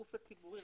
הגוף הציבורי,